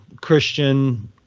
christian